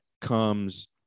comes